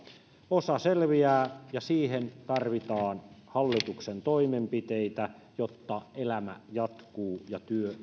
osa selviää ja siihen tarvitaan hallituksen toimenpiteitä jotta elämä jatkuu ja työ